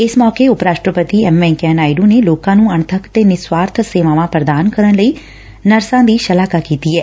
ਇਸ ਮੌਕੇ ਉਪ ਰਾਸ਼ਟਰਪਤੀ ਐਮ ਵੈਂਕਈਆ ਨਾਇਡੂ ਨੇ ਲੋਕਾ ਨੂੰ ਅਣਬੱਕ ਤੇ ਨਿਸਵਾਰਥ ਸੇਵਾਵਾਂ ਪੁਦਾਨ ਕਰਨ ਲਈ ਨਰਸਾਂ ਦੀ ਸ਼ਲਾਘਾ ਕੀਤੀ ਐ